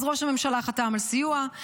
אז ראש הממשלה חתם על סיוע.